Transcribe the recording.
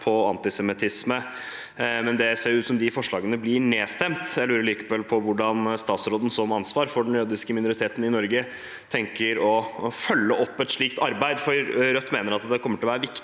om antisemittisme, men det ser ut som de forslagene blir nedstemt. Jeg lurer likevel på hvordan statsråden som har ansvar for den jødiske minoriteten i Norge, tenker å følge opp et slikt arbeid. Rødt mener at det kommer til å være viktig